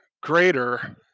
greater